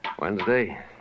Wednesday